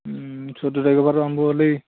চৈধ্য তাৰিখৰপৰাটো আৰম্ভ হ'লেই